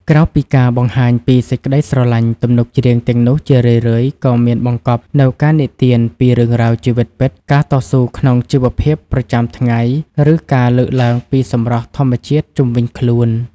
ក្រៅពីការបង្ហាញពីសេចក្តីស្រឡាញ់ ទំនុកច្រៀងទាំងនោះជារឿយៗក៏មានបង្កប់នូវការនិទានពីរឿងរ៉ាវជីវិតពិត ការតស៊ូក្នុងជីវភាពប្រចាំថ្ងៃ ឬការលើកឡើងពីសម្រស់ធម្មជាតិជុំវិញខ្លួន